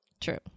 True